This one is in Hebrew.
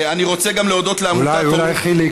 אולי חיליק,